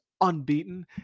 unbeaten